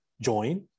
join